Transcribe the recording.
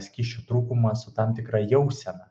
skysčių trūkumą su tam tikra jausena